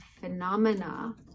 phenomena